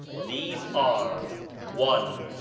these are one.